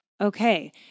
Okay